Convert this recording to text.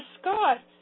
Scott